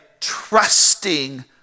trusting